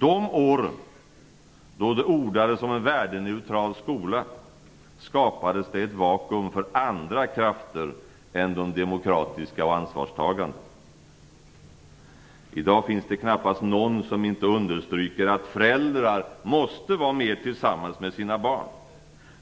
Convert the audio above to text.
De åren då det ordades om en värdeneutral skola, skapades det ett vakuum för andra krafter än de demokratiska och ansvarstagande. I dag finns det knappast någon som inte understryker att föräldrar måste vara mer tillsammans med sina barn,